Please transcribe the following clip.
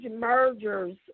mergers